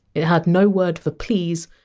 it had no word for! please!